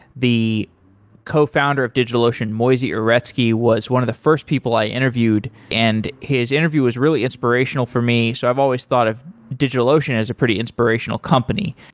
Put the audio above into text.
the co-founder of digitalocean moisey uretsky was one of the first people i interviewed and his interview was really inspirational for me, so i've always thought of digitalocean as a pretty inspirational company.